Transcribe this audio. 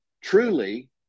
truly